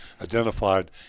identified